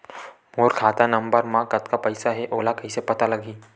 मोर खाता नंबर मा कतका पईसा हे ओला कइसे पता लगी?